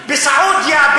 בסעודיה,